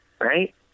Right